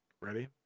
Ready